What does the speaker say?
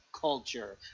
culture